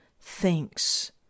thinks